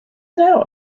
now